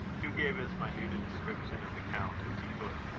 hugh gave as minute a description of the count as he could.